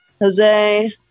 Jose